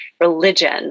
religion